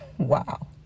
Wow